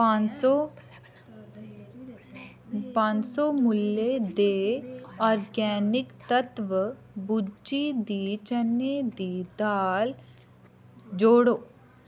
पंज सौ मुल्लै दे आर्गेनिक तत्त्व भुज्जी दी चनें दी दाल जोड़ो